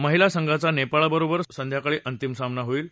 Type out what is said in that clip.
महिला संघाचा नेपाळबरोबर संध्याकाळी अंतिम सामना होईल